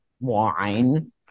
wine